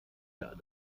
der